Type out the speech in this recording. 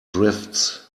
drifts